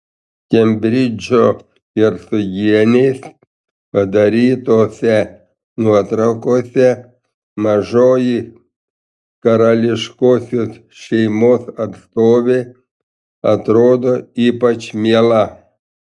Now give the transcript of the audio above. kembridžo hercogienės padarytose nuotraukose mažoji karališkosios šeimos atstovė atrodo ypač miela